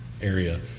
area